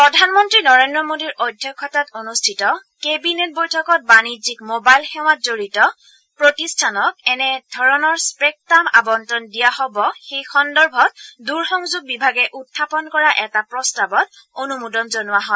প্ৰধানমন্ত্ৰী নৰেন্দ্ৰ মোদীৰ অধ্যক্ষতাত অনুষ্ঠিত কেবিনেট বৈঠকত বাণিজ্যিক মোবাইল সেৱাত জড়িত প্ৰতিষ্ঠানক কেনেধৰণৰ স্পেকট্ৰাম আবণ্টন দিয়া হ'ব সেই সন্দৰ্ভত দূৰ সংযোগ বিভাগে উখাপন কৰা এটা প্ৰস্তাৱত অনুমোদন জনোৱা হয়